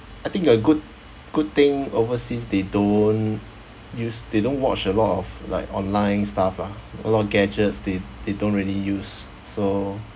I think a good good thing overseas they don't use they don't watch a lot of like online stuff lah a lot of gadgets they they don't really use so